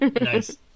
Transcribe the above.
Nice